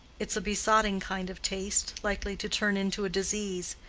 it is a besotting kind of taste, likely to turn into a disease.